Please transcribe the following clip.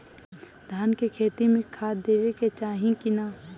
धान के खेती मे खाद देवे के चाही कि ना?